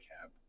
cab